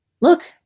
Look